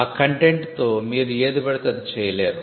ఆ కంటెంట్తో మీరు ఏది బడితే అది చేయలేరు